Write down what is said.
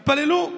התפללו.